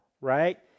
right